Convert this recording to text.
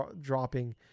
dropping